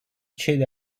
cede